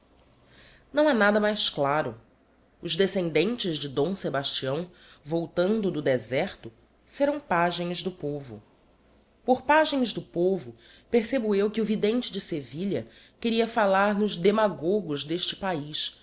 não ha nada mais claro os descendentes de d sebastião voltando do deserto serão pagens do povo por pagens do povo percebo eu que o vidente de sevilha queria fallar nos demagogos d'este paiz